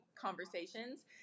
conversations